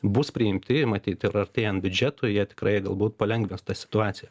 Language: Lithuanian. bus priimti matyt ir artėjant biudžetui jie tikrai galbūt palengvins tą situaciją